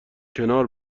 کنار